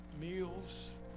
meals